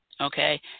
Okay